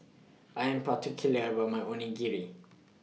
I Am particular about My Onigiri